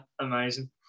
Amazing